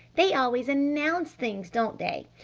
they always announce things, don't they.